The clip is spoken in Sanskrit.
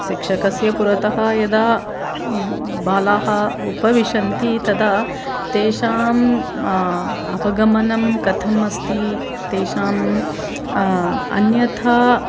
शिक्षकस्य पुरतः यदा बालाः उपविशन्ति तदा तेषाम् अवगमनं कथमस्ति तेषाम् अन्यथा